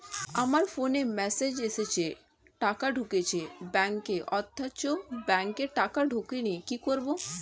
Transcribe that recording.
আমার ফোনে মেসেজ এসেছে টাকা ঢুকেছে ব্যাঙ্কে অথচ ব্যাংকে টাকা ঢোকেনি কি করবো?